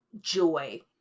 joy